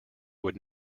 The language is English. would